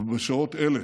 אבל בשעות אלה